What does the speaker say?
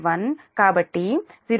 1 కాబట్టి 0